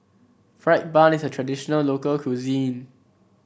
fried bun is a traditional local cuisine